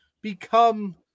become